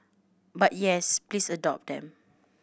but yes please adopt them